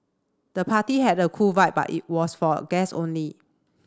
the party had a cool vibe but it was for guess only